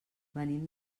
venim